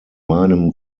meinem